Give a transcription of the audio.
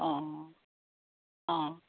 অঁ অঁ